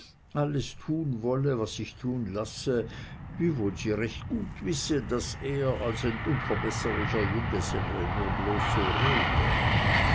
alles tun wolle was sich tun lasse wiewohl sie recht gut wisse daß er als ein unverbesserlicher junggeselle nur bloß so rede